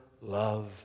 love